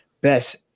best